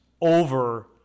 over